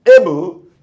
able